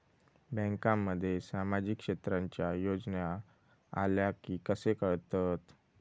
बँकांमध्ये सामाजिक क्षेत्रांच्या योजना आल्या की कसे कळतत?